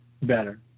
Better